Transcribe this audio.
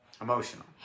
Emotional